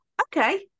Okay